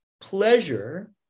pleasure